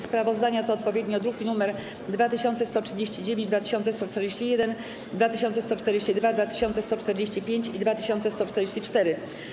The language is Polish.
Sprawozdania to odpowiednio druki nr 2139, 2141, 2142, 2145 i 2144.